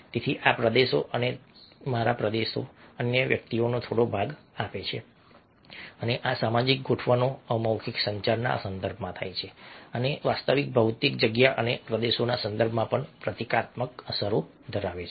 તેથી આ પ્રદેશો તેને મારા પ્રદેશ અન્ય વ્યક્તિનો થોડો ભાગ આપે છે અને આ સામાજિક ગોઠવણો અમૌખિક સંચારના સંદર્ભમાં થાય છે અને વાસ્તવિક ભૌતિક જગ્યા અને પ્રદેશના સંદર્ભમાં પણ પ્રતીકાત્મક અસરો ધરાવે છે